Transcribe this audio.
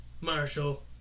Marshall